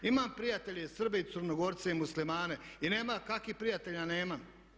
Imam prijatelje Srbe i Crnogorce i Muslimane i nema kakvih prijatelja nemam.